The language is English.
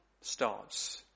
starts